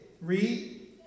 read